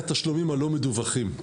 והכוונה לתשלומים הלא מדווחים.